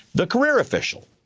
the career official.